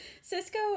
cisco